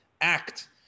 act